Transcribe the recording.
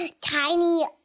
tiny